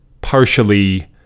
partially